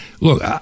Look